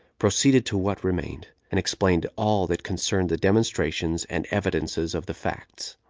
proceeded to what remained, and explained all that concerned the demonstrations and evidences of the facts.